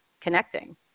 connecting